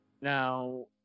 Now